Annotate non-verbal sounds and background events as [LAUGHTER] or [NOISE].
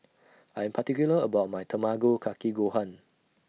[NOISE] I Am particular about My Tamago Kake Gohan